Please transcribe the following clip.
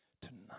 tonight